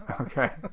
okay